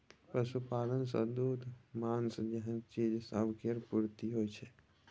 पशुपालन सँ दूध, माँस जेहन चीज सब केर पूर्ति होइ छै